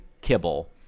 kibble